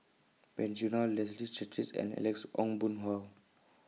Wen Jinhua Leslie Charteris and Alex Ong Boon Hau